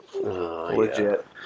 Legit